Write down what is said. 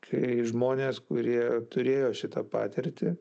kai žmonės kurie turėjo šitą patirtį